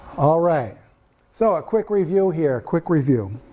alright so a quick review here, a quick review,